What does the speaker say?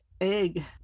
egg